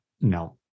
no